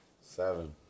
Seven